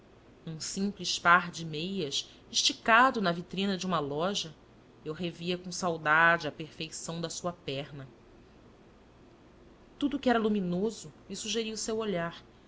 num simples par de meias esticado na vitrina de uma loja eu revia com saudade a perfeição da sua perna tudo o que era luminoso me sugeria o seu olhar